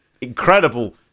incredible